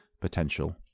potential